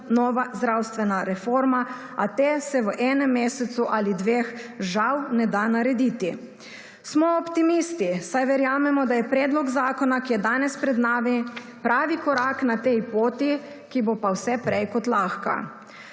nova zdravstvena reforma, a te se v enem mesecu ali dveh žal ne da narediti. Smo optimisti, saj verjamemo, da je predlog zakona, ki je danes pred nami, pravi korak na tej poti, ki bo pa vse prej kot lahko.